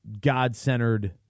God-centered